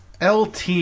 LT